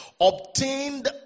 obtained